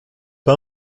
pas